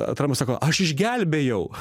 trampas sako aš išgelbėjau